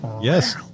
Yes